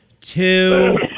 two